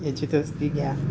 याची तसदी घ्या